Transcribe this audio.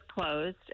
closed